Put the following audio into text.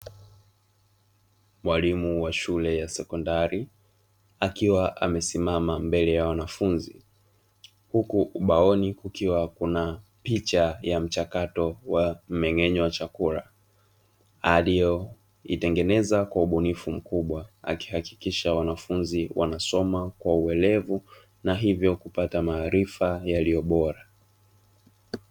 Mwalimu wa shule ya sekondari akiwa amesimama mbele ya wanafunzi huku ubaoni kukiwa kuna picha ya mchakato wa mmeng'enyo wa chakula, aliyoitengeneza kwa ubunifu mkubwa akihakikisha wanafunzi wanasoma kwa uelevu na hivyo kupata maarifa yaliyo bora.